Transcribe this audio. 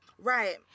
Right